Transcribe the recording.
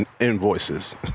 invoices